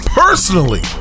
personally